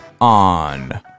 on